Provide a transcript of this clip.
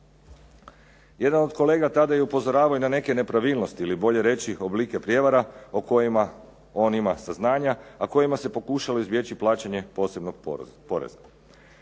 Jedan od kolega tada je upozoravao na neke nepravilnosti ili bolje reći oblike prijevara o kojima on ima saznanja a kojima se pokušalo izbjeći plaćanje posebnog poreza.